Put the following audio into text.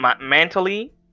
Mentally